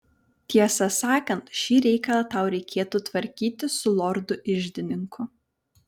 tiesą sakant šį reikalą tau reikėtų tvarkyti su lordu iždininku